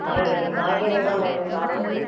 காய்கறி காய்கறிலாம் வேணும் காதுகுத்துக்கு